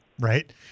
Right